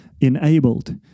enabled